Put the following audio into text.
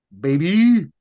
baby